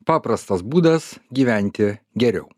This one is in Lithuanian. paprastas būdas gyventi geriau